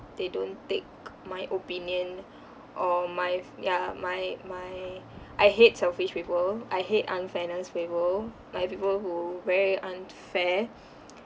they don't take my opinion or my f~ ya my my I hate selfish people I hate unfairness people like people who very unfair